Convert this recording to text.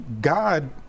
God